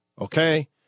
Okay